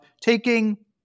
taking